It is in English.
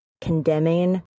condemning